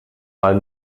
mal